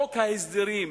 חוק ההסדרים,